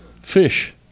fish